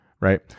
right